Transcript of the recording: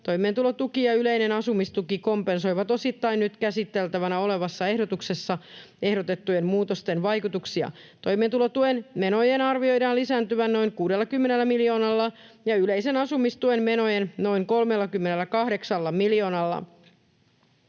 toimeentulotuki ja yleinen asumistuki kompensoivat osittain nyt käsiteltävänä olevassa ehdotuksessa ehdotettujen muutosten vaikutuksia. Toimeentulotuen menojen arvioidaan lisääntyvän noin 60 miljoonalla ja yleisen asumistuen menojen noin 38 miljoonalla.